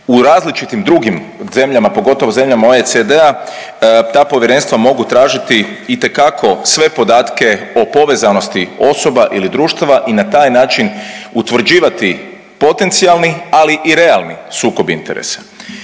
U različitim drugim zemljama pogotovo zemljama OECD-a ta povjerenstva mogu tražiti itekako sve podatke o povezanosti osoba ili društava i na taj način utvrđivati potencijalni, ali i realni sukob interesa